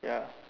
ya